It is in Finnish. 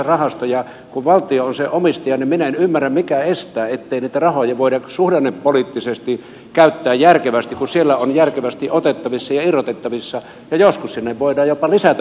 kun valtio on sen omistaja minä en ymmärrä mikä estää ettei niitä rahoja voida suhdannepoliittisesti käyttää järkevästi kun sieltä on järkevästi otettavissa ja irrotettavissa ja joskus sinne voidaan jopa lisätä omistusta